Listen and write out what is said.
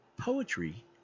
poetry